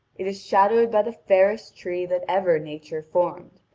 it is shadowed by the fairest tree that ever nature formed,